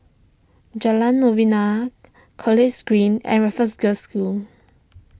Jalan Novena College Green and Raffles Girls' School